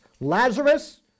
Lazarus